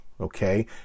okay